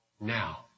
Now